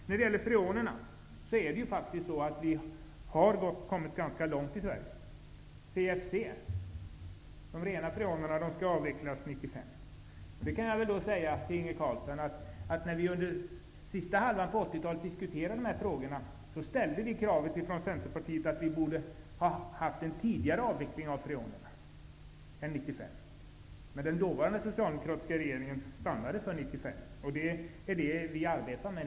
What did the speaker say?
När det gäller freonerna har vi i Sverige kommit ganska långt. CFC, de rena freonerna, skall bort 1995. Under senare hälften av 80-talet när de här frågorna diskuterades, Inge Carlsson, ställde vi i Centerpartiet krav och sade att avvecklingen av freonerna borde vara avklarad tidigare än 1995. Men den dåvarande socialdemokratiska regeringen höll fast vid årtalet 1995. Det är det årtal som vi arbetar med.